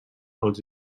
els